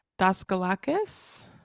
Daskalakis